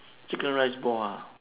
chicken rice ball ah